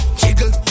jiggle